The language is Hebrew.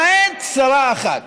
למעט שרה אחת,